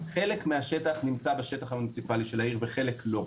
חלק מהשטח נמצא בשטח המוניציפלי של העיר וחלק לא.